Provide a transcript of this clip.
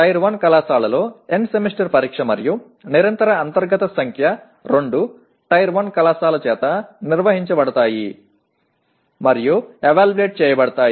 tyre 1 కళాశాలలో end semester పరీక్ష మరియు నిరంతర అంతర్గత సంఖ్య రెండూ టైర్ 1 కళాశాల చేత నిర్వహించబడతాయి మరియు ఎవాల్యుయేట్ చేయబడతాయి